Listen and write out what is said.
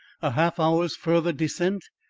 a half-hour's further descent,